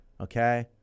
Okay